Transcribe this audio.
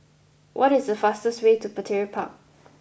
what is the fastest way to Petir Park